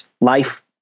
life